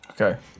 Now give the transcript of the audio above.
Okay